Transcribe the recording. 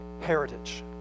heritage